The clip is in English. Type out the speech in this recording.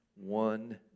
One